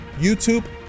YouTube